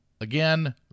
Again